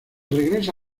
regresa